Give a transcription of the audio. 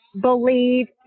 believe